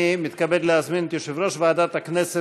אני מתכבד להזמין את יושב-ראש ועדת הכנסת,